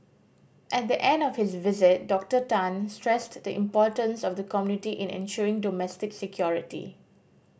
at the end of his visit Doctor Tan stressed the importance of the community in ensuring domestic security